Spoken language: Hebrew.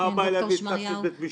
מה הבעיה --- בית משפט?